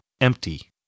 empty